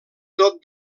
tot